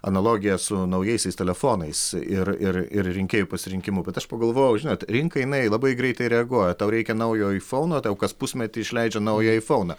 analogija su naujaisiais telefonais ir ir ir rinkėjų pasirinkimu bet aš pagalvojau žinot rinka jinai labai greitai reaguoja tau reikia naujo aifauno tau kas pusmetį išleidžia naują aifauną